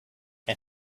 and